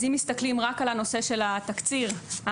אז אם מסתכלים רק על הנושא של התקציר ההמלצות,